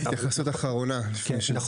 התייחסות אחרונה, לפני שנסכם?